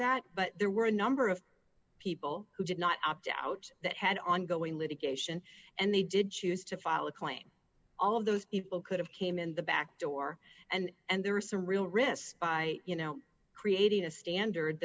that but there were a number of people who did not opt out that had ongoing litigation and they did choose to file a claim all of those people could have came in the back door and and there are some real risks by you know creating a standard